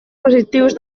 positius